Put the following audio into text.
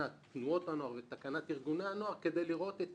ארגוני הנוער ועל תקנת תנועות הנוער כדי לראות את